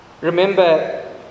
Remember